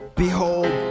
behold